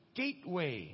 gateway